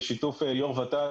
בשיתוף יו"ר ות"ת,